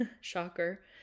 shocker